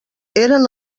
eren